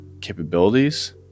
capabilities